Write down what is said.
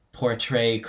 portray